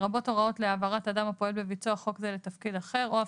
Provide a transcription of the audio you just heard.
לרבות הוראות להעברת אדם הפועל בביצוע חוק זה לתפקיד אחר או הפסקה,